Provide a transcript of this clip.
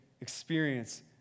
experience